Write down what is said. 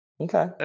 Okay